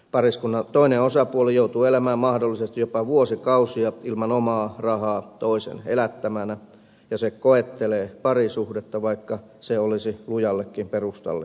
pariskunnan toinen osapuoli joutuu elämään mahdollisesti jopa vuosikausia ilman omaa rahaa toisen elättämänä ja se koettelee parisuhdetta vaikka se olisi lujallekin perustalle rakennettu